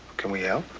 can we help?